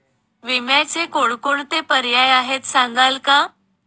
विम्याचे कोणकोणते पर्याय आहेत सांगाल का?